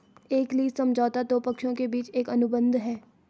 एक लीज समझौता दो पक्षों के बीच एक अनुबंध है